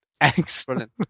Excellent